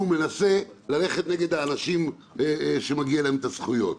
מנסה ללכת נגד האנשים שמגיעות להם הזכויות.